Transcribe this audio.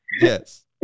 yes